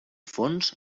fons